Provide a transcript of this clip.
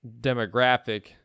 Demographic